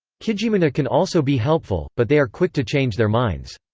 kijimunaa can also be helpful, but they are quick to change their minds.